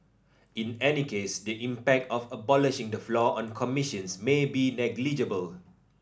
in any case the impact of abolishing the floor on commissions may be negligible